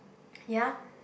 ya